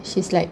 she's like